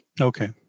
Okay